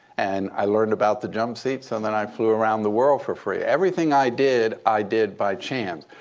and i learned about the jumpseat. so then i flew around the world for free. everything i did, i did by chance.